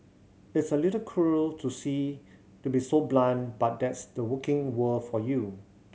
it's a little cruel to see to be so blunt but that's the working world for you